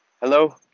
Hello